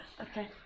Okay